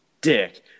dick